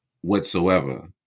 whatsoever